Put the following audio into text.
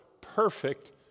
perfect